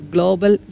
Global